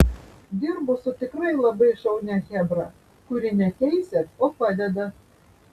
dirbu su tikrai labai šaunia chebra kuri ne teisia o padeda